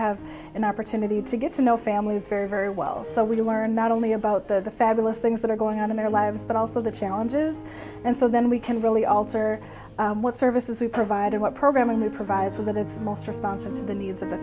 have an opportunity to get to know families very very well so we learn not only about the fabulous things that are going on in their lives but also the challenges and so then we can really alter what services we provide and what program a new provides in that it's most responsive to the needs of the